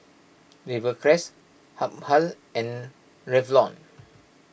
Rivercrest Habhal and Revlon